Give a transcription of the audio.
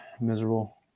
miserable